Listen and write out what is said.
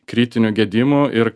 kritinių gedimų ir